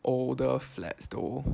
older flats though